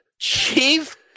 chief